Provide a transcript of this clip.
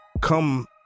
come